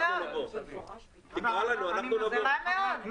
חבל מאוד.